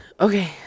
Okay